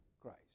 Christ